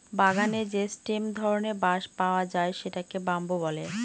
বাগানে যে স্টেম ধরনের বাঁশ পাওয়া যায় সেটাকে বাম্বু বলে